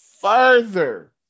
further